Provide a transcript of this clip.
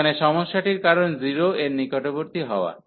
এখানে সমস্যাটির কারণ 0 এর নিকটবর্তী হওয়া